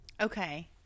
okay